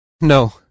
No